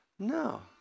No